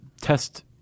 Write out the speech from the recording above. test